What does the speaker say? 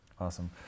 Awesome